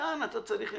כאן אתה צריך למצוא,